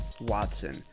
Watson